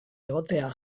egotea